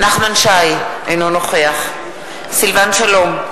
אינו נוכח סילבן שלום,